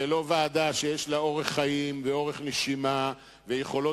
ולא ועדה שיש לה אורך חיים ואורך נשימה ויכולות